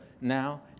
now